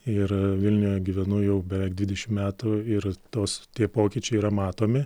ir vilniuje gyvenu jau beveik dvidešim metų ir tos tie pokyčiai yra matomi